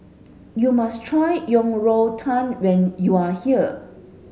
you must try Yang Rou Tang when you are here